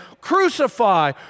crucify